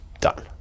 done